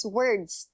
words